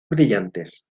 brillantes